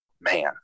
Man